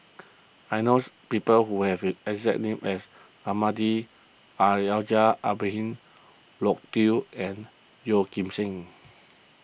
I knows people who have the exact name as Almahdi Al Haj Ibrahim Loke Yew and Yeoh Ghim Seng